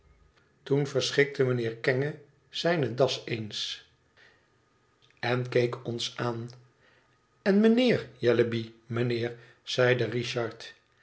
toen verschikte mijnheer kenge zijne das eens en keek ons aan en mijnheer jellyby mijnheer zeide richard